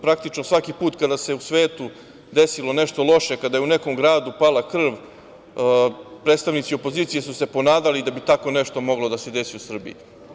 Praktično, svaki put kada se u svetu desilo nešto loše, kada je u nekom gradu pala krv, predstavnici opozicije su se ponadali da bi tako nešto moglo da se desi u Srbiji.